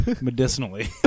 medicinally